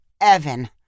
Evan